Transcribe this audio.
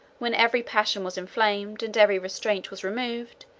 when every passion was inflamed, and every restraint was removed,